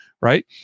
right